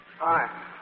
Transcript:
Hi